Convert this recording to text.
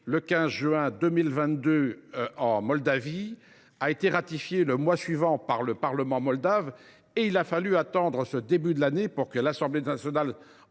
le 15 juin 2022 en Moldavie, ce texte a été ratifié le mois suivant par le Parlement moldave, mais il a fallu attendre le début de cette année pour que l’Assemblée nationale